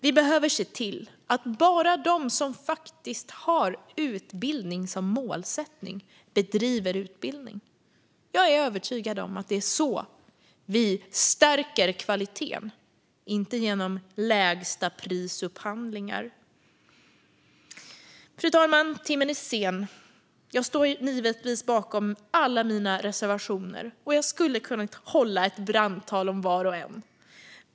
Vi behöver se till att bara de som faktiskt har utbildning som målsättning bedriver utbildning. Jag är övertygad om att det är så vi stärker kvaliteten - inte genom lägstaprisupphandlingar. Fru talman! Timmen är sen. Jag står givetvis bakom alla mina reservationer, och jag skulle kunna hålla ett brandtal om var och en.